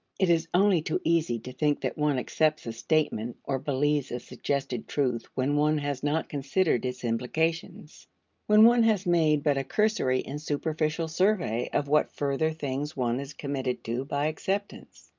it is only too easy to think that one accepts a statement or believes a suggested truth when one has not considered its implications when one has made but a cursory and superficial survey of what further things one is committed to by acceptance.